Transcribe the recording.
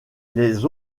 les